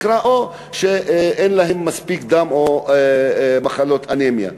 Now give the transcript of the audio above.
או שאין להם מספיק דם או מחלות אנמיה.